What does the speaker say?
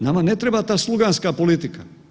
Nama ne treba ta sluganska politika.